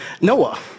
Noah